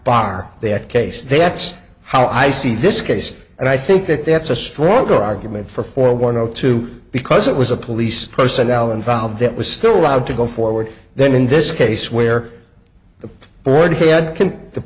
bar their case that's how i see this case and i think that that's a stronger argument for four one zero two because it was a police personnel involved that was still allowed to go forward then in this case where the board had